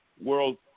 world